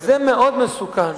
זה מאוד מסוכן.